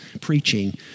preaching